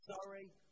sorry